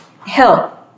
help